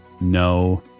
No